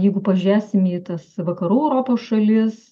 jeigu pažiūėsim į tas vakarų europos šalis